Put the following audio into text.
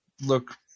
look